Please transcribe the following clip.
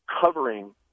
covering